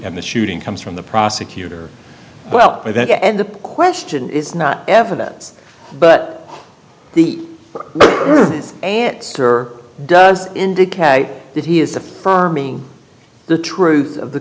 and the shooting comes from the prosecutor well by the end the question is not evidence but the a it sure does indicate that he is affirming the truth of the